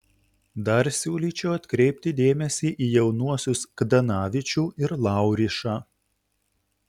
dar siūlyčiau atkreipti dėmesį į jaunuosius kdanavičių ir laurišą